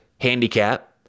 handicap